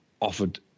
offered